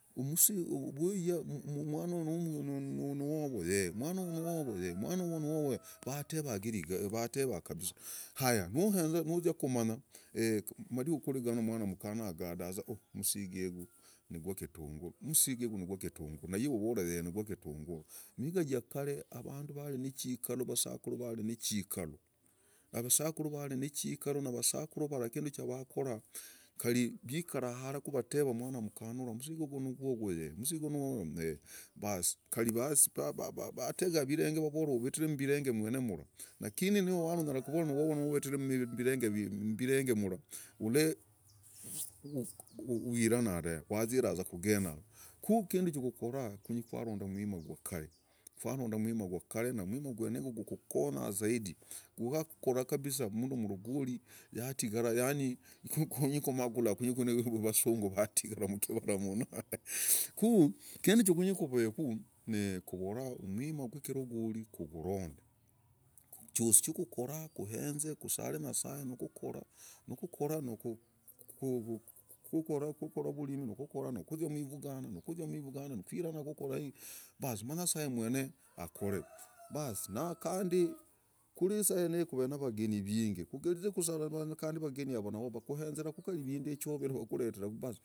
Umsi uvuy umwanunu umwanuyu nuwavo, umwanuyu nu y vateva kabisaa haya nohenza nuzyi mumanya eeh madiku kurigano umwana mkana agadaza oh msigigu nigwa kitunguru native ovora y nugwa kitunguru imihiga jakare avandu vari nichikalo vasakuru vari nichikalo na vasakuru vara kindu chavakora kari vikara hala vateva mwana mkanura umsigugu nugwugwo y umsigugu haas kari vateza virenge vavora uvitiri mmbirenge mwene mura lakini niva wari unyara kovora uvitiri mmbirenge mra ole uh uh wirana dave waziraza kugeneyago. ku kindu chokora kunyi kwaronda mwima gwakare. kwaronda mwima gwa kare numwima gokokonyw zaidi gwakora kabisaa. mundu mrogori yatigara yaani kumakuhulaho yaani kuri vasungu vatigari mkivana mno heheee. ku kunyi chokoveku kovora umwima gwumrogori kurogonde chosi chokokora kohenze kusare nyasaye kukokora nuku nuku yiki basi na nyasaye mwene akore baas nakandi kuri isayeniyi kuve navageni vingi kogerizi kusara kandi avageni yavo vakohenzeraku kari ivindu ichoviyi vakoreteraku baas.